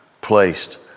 placed